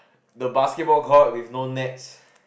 the basketball court with no nets